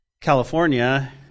California